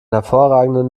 hervorragenden